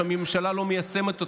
שהממשלה לא מיישמת אותם.